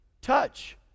Touch